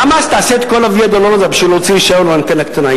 למה שתעשה את כל הוויה-דולורוזה בשביל להוציא רשיון לאנטנה קטנה?